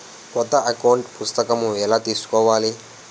కొత్త అకౌంట్ పుస్తకము ఎలా తీసుకోవాలి?